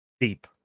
deep